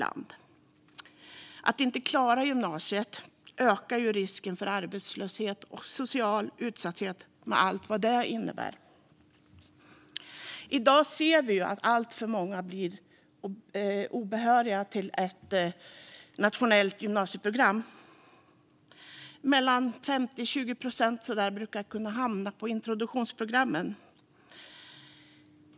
Att inte klara gymnasiet ökar risken för att hamna i arbetslöshet och social utsatthet, med allt vad det innebär. I dag ser vi att alltför många blir obehöriga till att gå ett nationellt gymnasieprogram. Mellan 15 och 20 procent brukar hamna i introduktionsprogrammen.